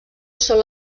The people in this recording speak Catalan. sol